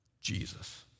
Jesus